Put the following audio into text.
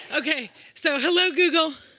ok. so, hello, google.